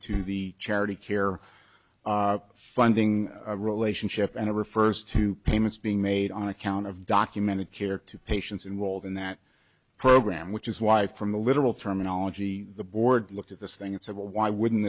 to the charity care funding relationship and it refers to payments being made on account of documented care to patients in world in that program which is why from the literal terminology the board looked at this thing and said well why wouldn't